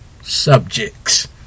subjects